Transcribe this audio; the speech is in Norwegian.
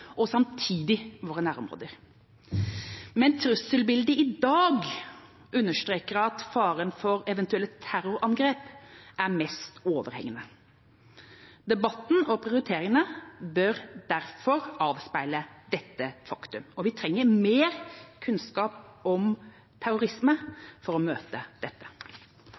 og samtidig våre nærområder, men trusselbildet i dag understreker at faren for eventuelle terrorangrep er mest overhengende. Debatten og prioriteringene bør derfor avspeile dette faktum. Vi trenger mer kunnskap om terrorisme for å møte dette.